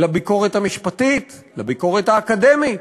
לביקורת המשפטית, לביקורת האקדמית.